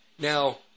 Now